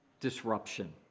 disruption